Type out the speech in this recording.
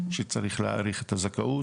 שצריך להאריך את הזכאות,